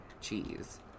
cheese